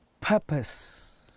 Purpose